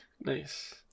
Nice